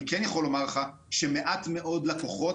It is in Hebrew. אני כן יכול לומר לך שמעט מאוד לקוחות,